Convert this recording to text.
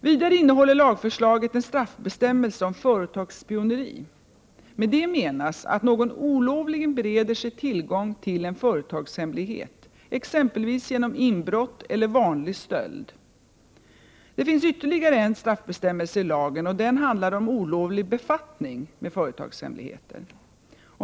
Vidare innehåller lagförslaget en straffbestämmelse om företagsspioneri. Med det menas att någon olovligen bereder sig tillgång till en företagshemlighet, exempelvis genom inbrott eller vanlig stöld. Det finns ytterligare en straffbestämmelse i lagen, och den handlar om olovlig befattning med företagshemligheter.